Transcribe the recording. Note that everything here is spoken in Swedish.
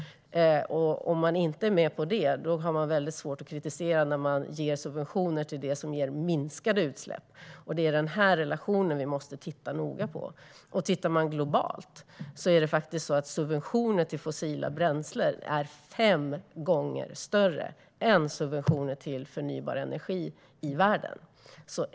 Om man inte är med på det blir det svårt att kritisera subventioner till minskade utsläpp. Det är den relationen vi måste titta noga på. Globalt i världen är subventionerna till fossila bränslen fem gånger större än subventioner till förnybar energi.